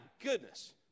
goodness